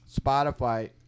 Spotify